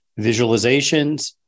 visualizations